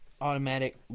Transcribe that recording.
automatic